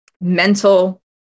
mental